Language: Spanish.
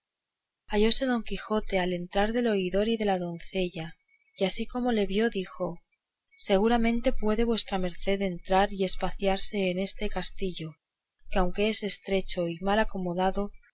hallóse don quijote al entrar del oidor y de la doncella y así como le vio dijo seguramente puede vuestra merced entrar y espaciarse en este castillo que aunque es estrecho y mal acomodado